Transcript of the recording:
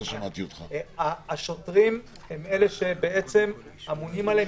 השוטרים הם אלה שבעצם אמונים עליהם.